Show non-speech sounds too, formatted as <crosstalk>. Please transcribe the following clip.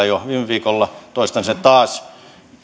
<unintelligible> jo viime viikolla toistan sen taas